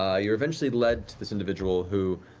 ah you're eventually led to this individual who,